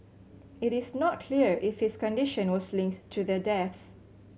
it is not clear if his condition was linked to their deaths